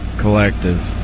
Collective